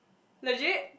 legit